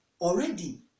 already